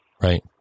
Right